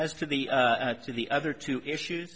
as to the to the other two issues